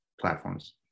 platforms